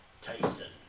Tyson